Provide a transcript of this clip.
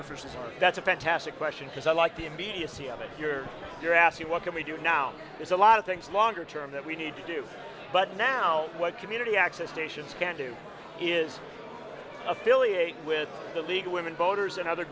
so that's a fantastic question because i like the immediacy of it you're you're asking what can we do now there's a lot of things longer term that we need to do but now what community access stations can do is affiliate with the league of women voters and other